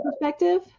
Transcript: perspective